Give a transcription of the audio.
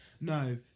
No